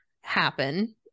happen